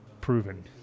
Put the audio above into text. proven